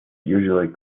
usually